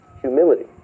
humility